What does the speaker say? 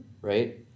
right